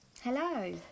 Hello